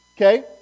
okay